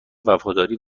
وفاداری